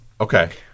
Okay